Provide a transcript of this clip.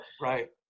right